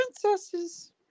princesses